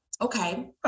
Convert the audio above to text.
okay